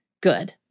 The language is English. good